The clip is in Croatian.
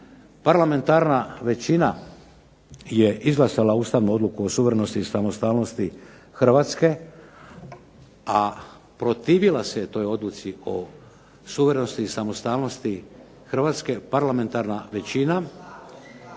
Parlamentarna većina je izglasala ustavnu odluku o suverenosti i samostalnosti Hrvatske, a protivila se toj odluci o suverenosti i samostalnosti Hrvatske parlamentarna većina